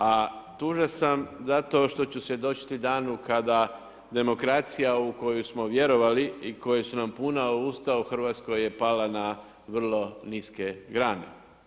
A tužan sam zato što ću svjedočiti danu kada demokracija u koju smo vjerovali i koje su nam puna usta o Hrvatskoj je pala na vrlo niske grane.